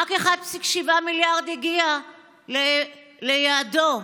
רק 1.7 מיליארד הגיעו ליעדם.